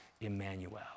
Emmanuel